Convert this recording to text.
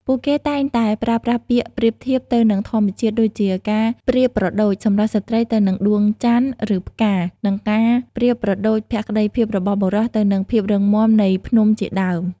ពួកគេតែងតែប្រើប្រាស់ពាក្យប្រៀបធៀបទៅនឹងធម្មជាតិ ដូចជាការប្រៀបប្រដូចសម្រស់ស្រ្តីទៅនឹងដួងច័ន្ទ ឬផ្កា និងការប្រៀបប្រដូចភក្តីភាពរបស់បុរសទៅនឹងភាពរឹងមាំនៃភ្នំជាដើម។